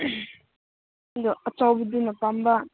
ꯑꯗꯣ ꯑꯆꯧꯕꯗꯨꯅ ꯄꯥꯝꯕ